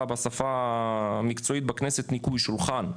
בשפה המקצועית בכנסת "ניקוי שולחן".